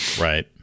Right